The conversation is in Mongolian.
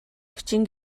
хүчин